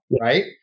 right